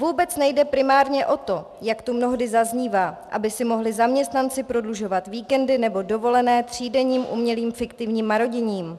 Vůbec nejde primárně o to, jak tu mnohdy zaznívá, aby si mohli zaměstnanci prodlužovat víkendy nebo dovolené třídenním umělým fiktivním maroděním.